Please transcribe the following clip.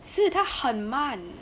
是他很慢